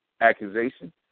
accusation